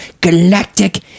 galactic